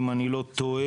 אם אני לא טועה,